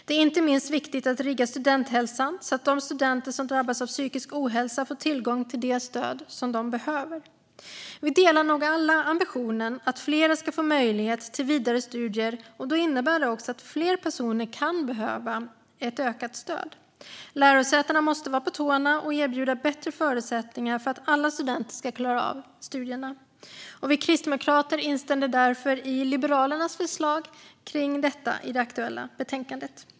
Det är inte minst viktigt att rigga studenthälsan så att de studenter som drabbas av psykisk ohälsa får tillgång till det stöd de behöver. Vi delar nog alla ambitionen att fler ska få möjlighet till vidare studier, och då innebär det att fler personer kan behöva ökat stöd. Lärosätena måste vara på tårna och erbjuda bättre förutsättningar för att alla studenter ska klara av studierna. Vi kristdemokrater instämde därför i Liberalernas förslag kring detta i det aktuella betänkandet.